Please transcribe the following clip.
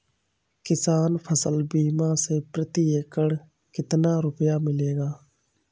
किसान फसल बीमा से प्रति एकड़ कितना रुपया मिलेगा?